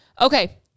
Okay